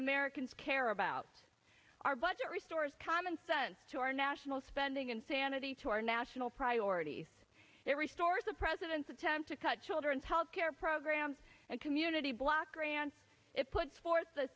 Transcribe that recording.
americans care about our budget restores common sense to our national spending and sanity to our national priorities it restores the president's attempt to cut children's health care program and community block grants it puts forth the